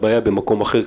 והבעיה במקום אחר,